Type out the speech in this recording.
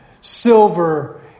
silver